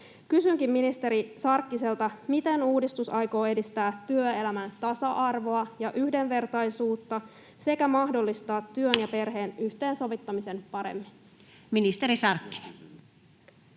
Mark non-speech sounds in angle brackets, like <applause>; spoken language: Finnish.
Kysynkin ministeri Sarkkiselta: miten uudistus aikoo edistää työelämän tasa-arvoa ja yhdenvertaisuutta sekä mahdollistaa työn <noise> ja perheen yhteensovittamisen paremmin? Ministeri Sarkkinen.